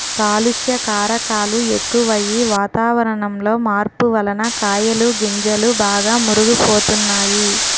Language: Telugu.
కాలుష్య కారకాలు ఎక్కువయ్యి, వాతావరణంలో మార్పు వలన కాయలు గింజలు బాగా మురుగు పోతున్నాయి